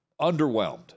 underwhelmed